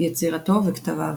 יצירתו וכתביו